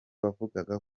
wavugaga